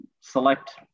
select